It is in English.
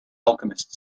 alchemist